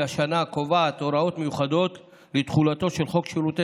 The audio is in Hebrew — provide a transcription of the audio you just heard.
השנה הקובעת הוראות מיוחדות לתחולתו של חוק שירותי